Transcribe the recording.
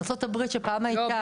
ארצות הברית שפעם הייתה -- לא,